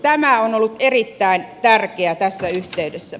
tämä on ollut erittäin tärkeää tässä yhteydessä